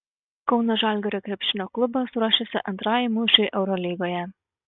kauno žalgirio krepšinio klubas ruošiasi antrajam mūšiui eurolygoje